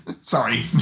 Sorry